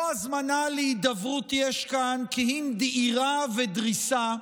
לא הזמנה להידברות יש כאן, כי אם דהירה ודריסה.